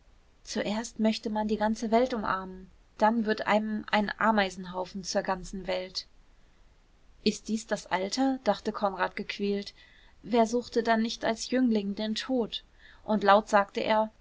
zuerst möchte man die ganze welt umarmen dann wird einem ein ameisenhaufen zur ganzen welt ist dies das alter dachte konrad gequält wer suchte dann nicht als jüngling den tod und laut sagte er